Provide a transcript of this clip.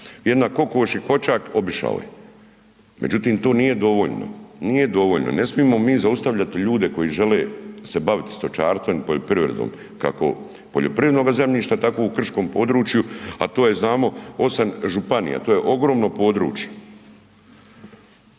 jedna kokoš i kočak, obišao je. Međutim, to nije dovoljno, nije dovoljno. Ne smijemo mi zaustavljati ljude koji žele se baviti stočarstvom i poljoprivredom, kako poljoprivrednoga zemljišta, tako u krškom području, a to je, znamo, 8 županija, to je ogromno područje.